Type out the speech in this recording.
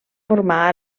formar